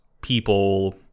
people